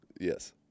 Yes